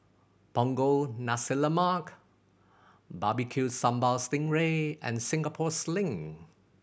Punggol Nasi Lemak Barbecue Sambal sting ray and Singapore Sling